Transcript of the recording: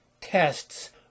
tests